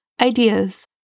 ideas